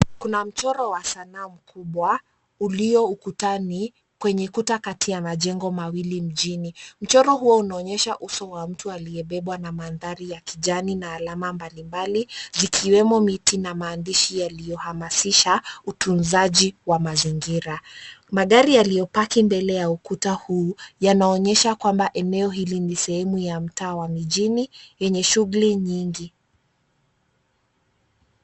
Kuna mchoro wa sanaa mkubwa ulio ukutani kwenye kuta kati ya majengo mawili mjini. Mchoro huo unaonyesha uso wa mtu aliyebebwa na mandhari ya kijani na alama mbalimbali, zikiwemo miti na maandishi yaliyohamasisha utunzaji wa mazingira. Magari yaliyopaki mbele ya ukuta huu, yanaonyesha kwamba eneo hili ni sehemu ya mtaa wa mijini yenye shughuli nyingi.